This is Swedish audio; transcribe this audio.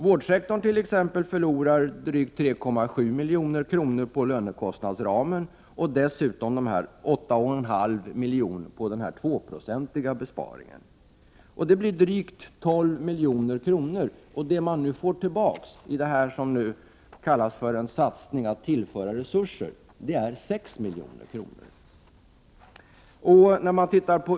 Vårdsektorn t.ex. förlorar drygt 3,7 milj.kr. på lönekostnadsramen och dessutom 8,5 milj.kr. på den tvåprocentiga besparingen. Det blir drygt 12 milj.kr., och det man nu får tillbaka är 6 milj.kr.